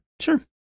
Sure